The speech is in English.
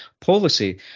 policy